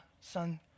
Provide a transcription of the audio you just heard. son